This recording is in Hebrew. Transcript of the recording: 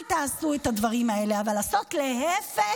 אל תעשו את הדברים האלה, אבל לעשות להפך?